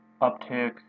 uptick